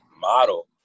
model